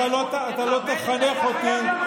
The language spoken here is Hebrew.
אתה מתבייש במה שעשית.